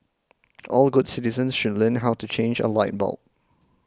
all good citizens should learn how to change a light bulb